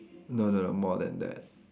no no no more than that